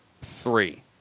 three